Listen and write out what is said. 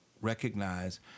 recognize